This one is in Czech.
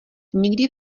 nikdy